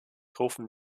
rufen